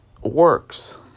works